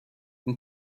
این